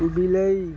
ବିଲେଇ